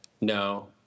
No